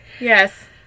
Yes